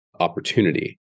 opportunity